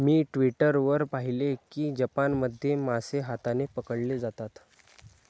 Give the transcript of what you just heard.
मी Twitter वर पाहिले की जपानमध्ये मासे हाताने पकडले जातात